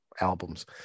albums